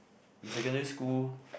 in secondary school